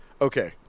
Okay